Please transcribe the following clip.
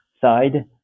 side